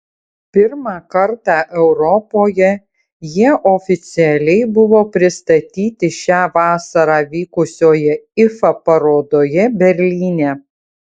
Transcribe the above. pirmą kartą europoje jie oficialiai buvo pristatyti šią vasarą vykusioje ifa parodoje berlyne